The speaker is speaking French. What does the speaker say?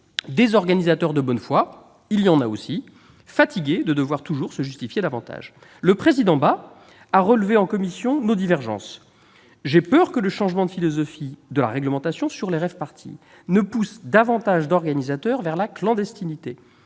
des organisateurs de bonne foi- il y en a aussi ! -fatigués de devoir toujours se justifier davantage. M. le président de la commission a relevé nos divergences. Oui ! J'ai peur que le changement de philosophie sous-tendant la réglementation sur les rave-parties ne pousse davantage d'organisateurs vers la clandestinité,